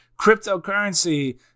Cryptocurrency